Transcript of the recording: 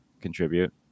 contribute